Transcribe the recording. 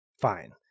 fine